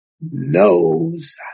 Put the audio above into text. knows